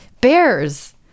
bears